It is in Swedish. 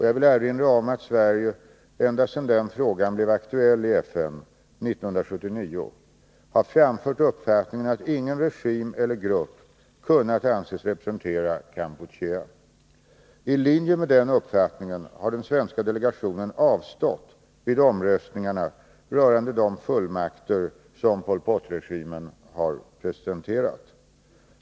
Jag vill erinra om att Sverige alltsedan denna fråga blev aktuell i FN 1979 har framfört uppfattningen att ingen regim eller grupp kunnat anses representera Kampuchea. I linje med denna uppfattning har den svenska delegationen avstått vid omröstningarna rörande de fullmakter som Pol Pot-regimen presenterat.